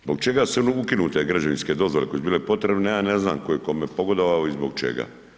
Zbog čega su one ukinute građevinske dozvole koje su bile potrebne, ja ne znam tko je kome pogodovao i zbog čega.